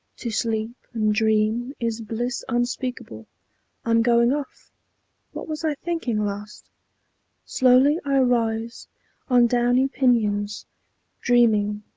to sleep and dream is bliss unspeakable i'm going off what was i thinking last slowly i rise on downy pinions dreaming,